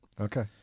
Okay